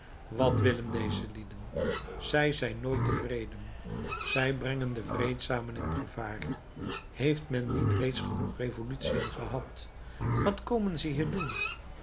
wat willen deze lieden zij zijn nooit tevreden zij brengen de vreedzamen in gevaar heeft men niet reeds genoeg revolutiën gehad wat komen zij hier doen